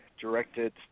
directed